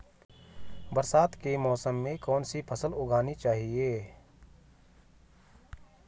बरसात के मौसम में कौन सी फसल उगानी चाहिए?